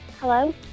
hello